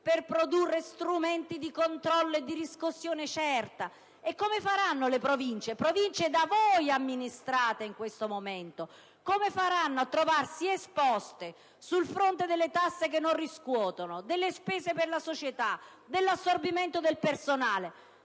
per produrre strumenti di controllo e di riscossione certa. Come faranno le Province, le Province da voi amministrate in questo momento? Come faranno a trovarsi esposte sul fronte delle tasse che non riscuotono, delle spese per la società, dell'assorbimento del personale?